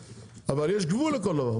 אבל יש גבול לכל דבר,